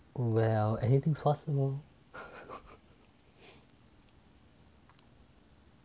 well anything's possible